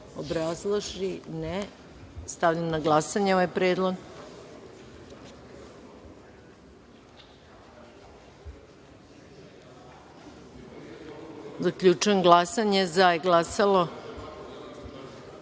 Hvala. Stavljam na glasanje ovaj predlog. Zaključujem glasanje: za je glasalo